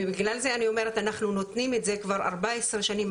ובגלל זה אני אומרת אנחנו נותנים את זה כבר 14 שנים,